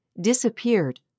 disappeared